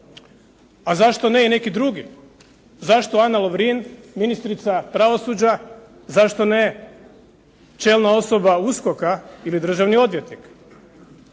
A zašto ne i neki drugi? Zašto Ana Lovrin, ministrica pravosuđa, zašto ne čelna osoba USKOK-a ili državni odvjetnik?